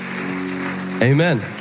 Amen